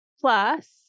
plus